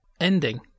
ending